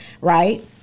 right